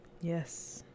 Yes